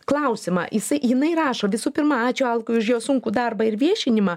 klausimą jisai jinai rašo visų pirma ačiū alkai už jo sunkų darbą ir viešinimą